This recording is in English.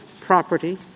property